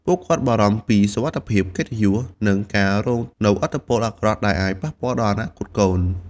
ពួកគាត់បារម្ភពីសុវត្ថិភាព កិត្តិយស និងការរងនូវឥទ្ធិពលអាក្រក់ដែលអាចប៉ះពាល់ដល់អនាគតកូន ។